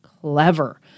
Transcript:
clever